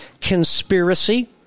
Conspiracy